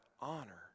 honor